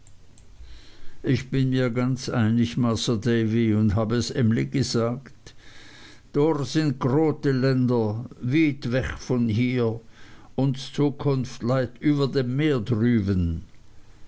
ich bin mir ganz einig masr davy und habe es emly gesagt dor sün grote länner wiet wech von hier uens zukunft leit üwer dem meer drüwen